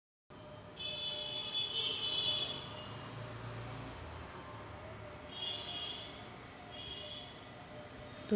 तुम्ही तुमचा आयकर जमा केला नसेल, तर तुमचा इन्कम टॅक्स ऐच्छिक प्रकटीकरण योजनेअंतर्गत जमा करा